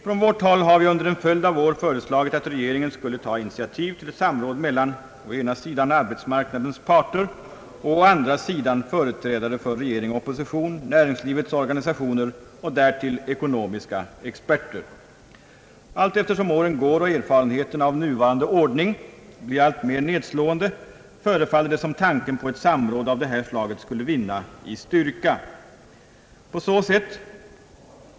Från vårt håll har vi under en följd av år föreslagit att regeringen skulle ta initiativ till ett samråd mellan å ena sidan arbetsmarknadens parter och å andra sidan företrädare för regering och opposition, näringslivets organisa tioner och därtill ekonomiska experter. Allt eftersom åren går och erfarenheterna av nuvarande ordning blir alltmer nedslående, förefaller det som om tanken på ett samråd av det här slaget skulle vinna i styrka.